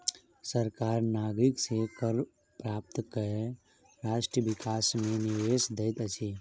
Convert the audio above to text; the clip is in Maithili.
सरकार नागरिक से कर प्राप्त कय राष्ट्र विकास मे निवेश दैत अछि